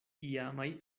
iamaj